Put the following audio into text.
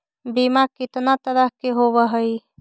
बीमा कितना तरह के होव हइ?